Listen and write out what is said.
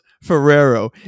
Ferrero